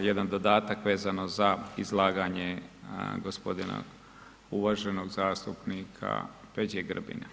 jedan dodatak vezano za izlaganje gospodina uvaženog zastupnika Peđe Grbina.